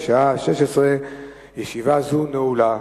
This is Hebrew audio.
בשעה 16:00. ישיבה זו נעולה.